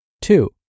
Two